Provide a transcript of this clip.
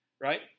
right